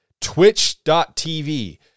twitch.tv